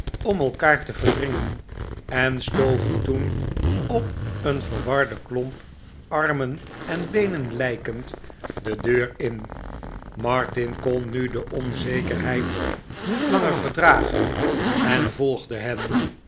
ora elkaar te verdringen en stoven toen op een verwarden klomp armen en beenen lijkend de deur in martin kon nu de onzekerheid niet langer verdragen en volgde hen